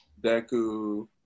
Deku